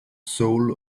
soul